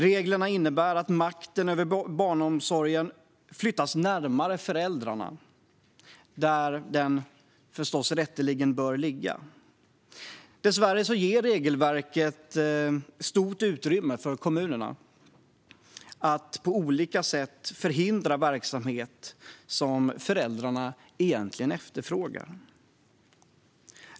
Reglerna innebär att makten över barnomsorgen flyttas närmare föräldrarna, där den rätteligen bör ligga. Dessvärre ger regelverket stort utrymme för kommunerna att på olika sätt förhindra verksamhet som föräldrarna egentligen efterfrågar.